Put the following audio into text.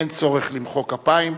אין צורך למחוא כפיים,